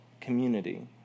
community